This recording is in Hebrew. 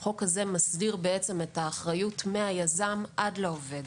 הצעת החוק הזאת מסדירה את האחריות מהיזם ועד לעובד.